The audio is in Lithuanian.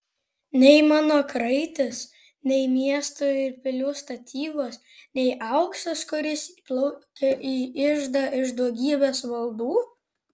nei mano kraitis nei miestų ir pilių statybos nei auksas kuris plaukia į iždą iš daugybės valdų